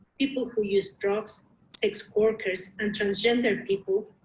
people who use drugs, sex workers and transgender people,